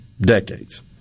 decades